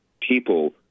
people